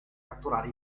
catturare